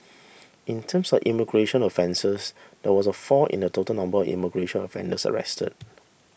in terms of immigration offences there was a fall in the total number of immigration offenders arrested